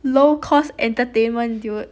LOL cause entertainment dude